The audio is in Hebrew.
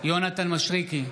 יונתן מישרקי,